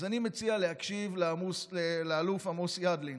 אז אני מציע להקשיב לאלוף עמוס ידלין,